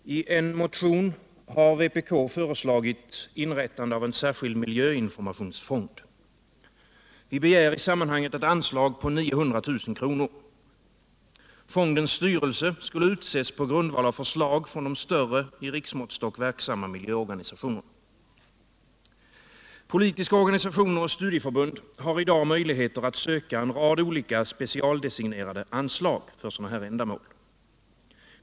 Herr talman! I en motion har vpk föreslagit inrättandet av en särskild miljöinformationsfond. Vi begär i sammanhanget ett anslag på 900 000 kr. Fondens styrelse skulle utses på grundval av förslag från de större i riksmåttstock verksamma miljöorganisationerna. Politiska organisationer och studieförbund har i dag möjligheter att söka en rad olika specialdesignerade anslag för sådana här ändamål.